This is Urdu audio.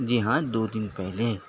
جی ہاں دو دن پہلے